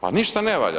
Pa ništa ne valja.